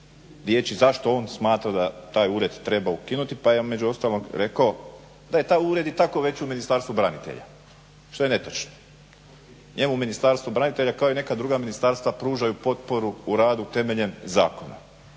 riječi zašto on smatra da taj ured treba ukinuti pa je između ostalog rekao da je taj ured i tako već u Ministarstvu branitelja što je netočno. Njemu u Ministarstvu branitelja kao i neka druga ministarstva pružaju potporu u radu temeljem zakona.